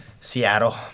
Seattle